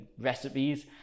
recipes